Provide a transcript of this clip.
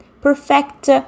perfect